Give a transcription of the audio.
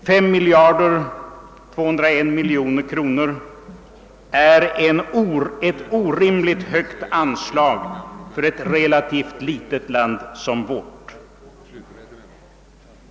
5201 miljoner kronor är ett orimligt högt anslag för ett så relativt litet land som vårt.